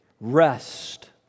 rest